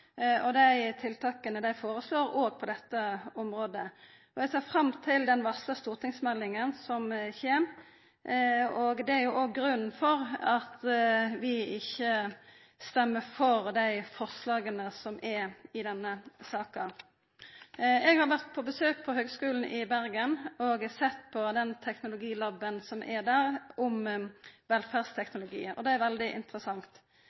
og dei tiltaka dei føreslår òg på dette området, og eg ser fram til den varsla stortingsmeldinga som kjem. Det er òg grunnen til at vi ikkje stemmer for dei forslaga som er i denne saka. Eg har vore på besøk på Høgskolen i Bergen og sett på den teknologilaben som er der, om velferdsteknologiar. Det er veldig interessant.